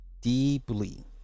deeply